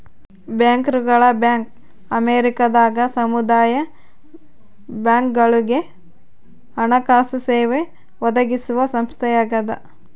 ಬ್ಯಾಂಕರ್ಗಳ ಬ್ಯಾಂಕ್ ಅಮೇರಿಕದಾಗ ಸಮುದಾಯ ಬ್ಯಾಂಕ್ಗಳುಗೆ ಹಣಕಾಸು ಸೇವೆ ಒದಗಿಸುವ ಸಂಸ್ಥೆಯಾಗದ